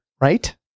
Right